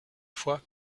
fois